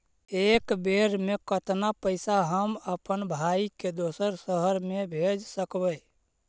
एक बेर मे कतना पैसा हम अपन भाइ के दोसर शहर मे भेज सकबै?